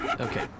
Okay